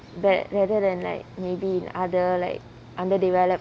but rather than like maybe in other like underdeveloped